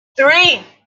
three